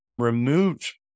removed